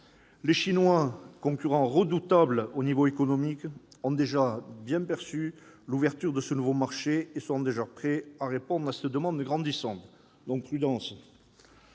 Les Chinois, concurrents redoutables au niveau économique, ont bien perçu l'ouverture de ce nouveau marché et sont déjà prêts à répondre à cette demande grandissante. Il convient